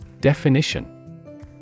Definition